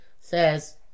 says